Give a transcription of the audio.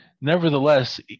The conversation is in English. nevertheless